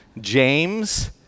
James